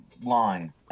line